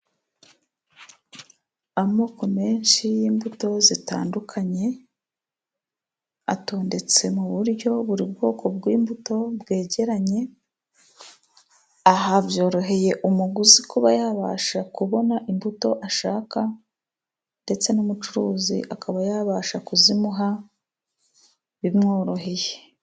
Amoko menshi y’imbuto zitandukanye, atondetse mu buryo buri bwoko bw’imbuto bwegeranye. Aha byoroheye umuguzi kuba yabasha kubona imbuto ashaka, ndetse n’umucuruzi akaba yabasha kuzimuha bimworoheye.